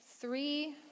three